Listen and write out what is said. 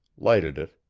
lighted it,